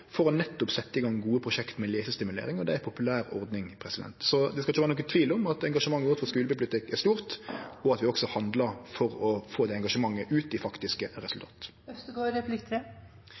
for nettopp å setje i gang gode prosjekt med lesestimulering, og det er ei populær ordning. Det skal ikkje vere nokon tvil om at engasjementet vårt for skulebibliotek er stort, og at vi også handlar for å få det engasjementet ut i faktiske